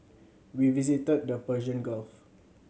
we visited the Persian Gulf